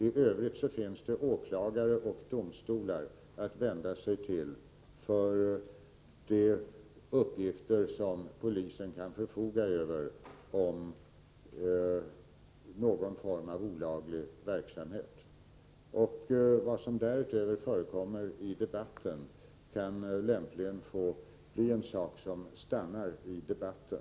I övrigt finns det åklagare och domstolar att vända sig till vad gäller de uppgifter som polisen kan förfoga över om någon form av olaglig verksamhet. Vad som därutöver förekommer i debatten kan lämpligen få bli sådant som stannar just i debatten.